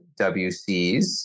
WCs